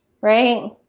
Right